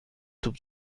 توپ